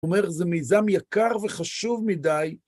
הוא אומר, זה מיזם יקר וחשוב מדי.